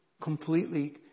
completely